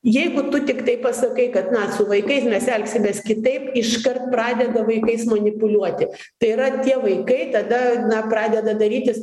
jeigu tu tiktai pasakai kad na su vaikais mes elgsimės kitaip iškart pradeda vaikais manipuliuoti tai yra tie vaikai tada na pradeda darytis